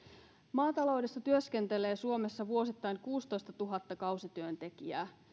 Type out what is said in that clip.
maataloudessa työskentelee suomessa vuosittain kuusitoistatuhatta kausityöntekijää